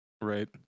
Right